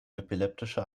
epileptische